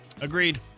Agreed